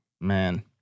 man